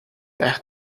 their